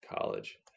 College